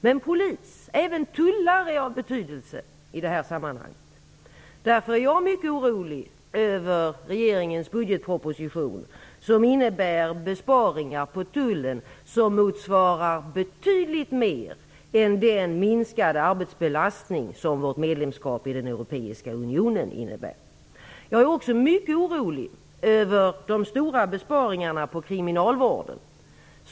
Såväl polis som tullare är av betydelse i det här sammanhanget. Jag är mycket orolig över regeringens budgetproposition som innebär besparingar inom tullen som motsvarar betydligt mer än den minskade arbetsbelastning som vårt medlemskap i den europeiska unionen innebär. Jag är också mycket orolig över de stora besparingarna på kriminalvården.